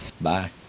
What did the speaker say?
Bye